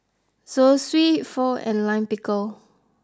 Zosui Pho and Lime Pickle